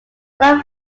all